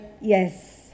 yes